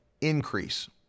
increase